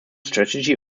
strategy